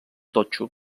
totxo